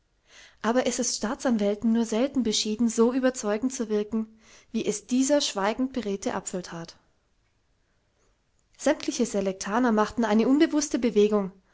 aber es ist staatsanwälten nur selten beschieden so überzeugend zu wirken wie es dieser schweigend beredte apfel that sämmtliche selektaner machten eine unbewußte bewegung